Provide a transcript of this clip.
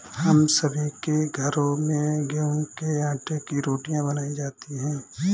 हम सभी के घरों में गेहूं के आटे की रोटियां बनाई जाती हैं